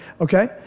okay